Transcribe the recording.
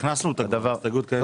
הכנסנו אותה כהסתייגות קיימת.